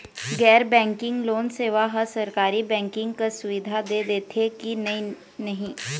गैर banking loan सेवा हा सरकारी बैंकिंग कस सुविधा दे देथे कि नई नहीं?